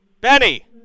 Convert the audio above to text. Benny